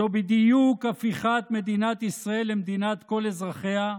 זו בדיוק הפיכת מדינת ישראל למדינת כל אזרחיה,